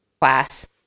class